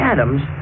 Adams